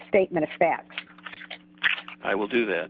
statement of fact i will do the